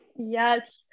Yes